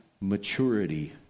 maturity